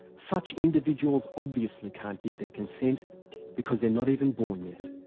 such individuals obviously can't give their consent, because they're not even born yet.